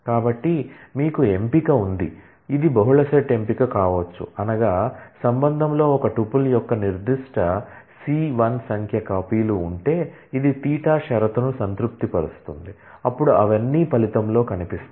కాబట్టి మీకు ఎంపిక ఉంది ఇది బహుళ సెట్ ఎంపిక కావచ్చు అనగా రిలేషన్లో ఒక టుపుల్ యొక్క నిర్దిష్ట సి 1 సంఖ్య కాపీలు ఉంటే ఇది తీటా షరతు ను సంతృప్తిపరుస్తుంది అప్పుడు అవన్నీ ఫలితంలో కనిపిస్తాయి